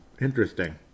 interesting